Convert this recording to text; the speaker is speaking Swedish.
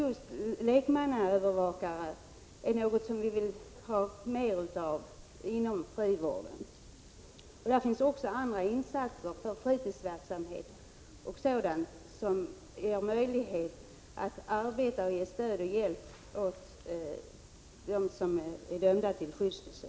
Just lekmannaövervakare är något som vi vill ha mer av inom frivården. Även andra insatser kan göras i form av fritidsverksamhet och liknande för att ge stöd och hjälp åt dem som är dömda till skyddstillsyn.